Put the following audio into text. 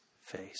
face